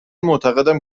معتقدم